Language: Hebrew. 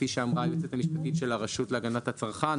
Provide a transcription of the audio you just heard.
כפי שאמרה היועצת המשפטית של הרשות להגנת הצרכן,